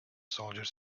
soldiers